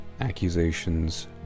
accusations